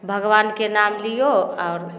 भगवानके नाम लिऔ आओर